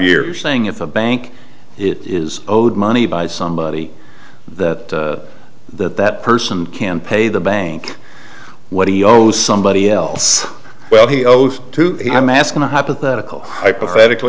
years saying if a bank is owed money by somebody that that that person can pay the bank what he owes somebody else well he owes to him asking a hypothetical hypothetical